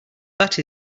that